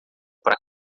para